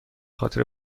خاطر